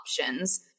options